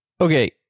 Okay